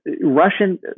russian